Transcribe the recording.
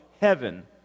heaven